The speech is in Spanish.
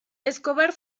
escobar